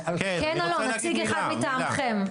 נציג אחד מטעמכם.